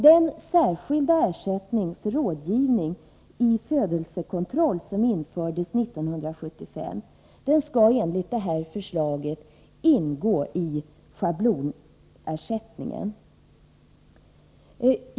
Den särskilda ersättning för rådgivning i födelsekontroll som infördes 1975 skall enligt det här förslaget ingå i schablonersättningen.